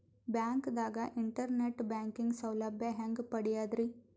ಬ್ಯಾಂಕ್ದಾಗ internet banking ಸೌಲಭ್ಯ ಹೆಂಗ್ ಪಡಿಯದ್ರಿ?